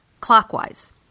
clockwise